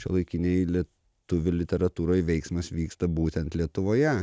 šiuolaikinėj lietuvių literatūroj veiksmas vyksta būtent lietuvoje